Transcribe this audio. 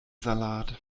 salat